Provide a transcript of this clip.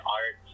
art